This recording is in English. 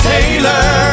Taylor